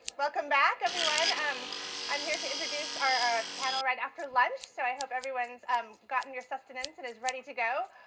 welcome back everyone. and i'm here to introduce our panel right after lunch, so i hope everyone's um gotten your sustenance and is ready to go.